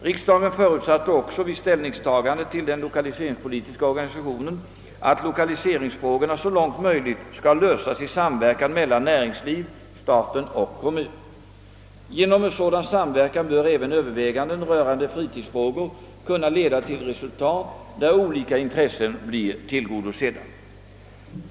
Riksdagen förutsatte också vid ställningstagandet till den lokaliseringspolitiska organisationen att lokaliseringsfrågorna så långt möjligt skall lösas i samverkan mellan näringsliv, staten och kommun. Genom sådan samverkan bör även överväganden rörande fritidsfrågor kunna leda till resultat, varvid olika intressen blir tillgodosedda.